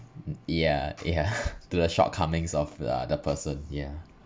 ya ya to the shortcomings of uh the person yeah